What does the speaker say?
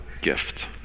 gift